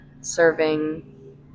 serving